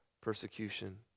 persecution